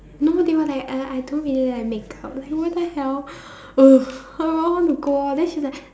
no they were like uh I don't really like make-up like what the hell !ugh! I really want to go eh then she's like